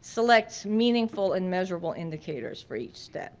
select meaningful and measurable indicators for each step.